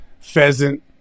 pheasant